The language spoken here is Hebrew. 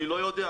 אני לא יודע.